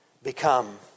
Become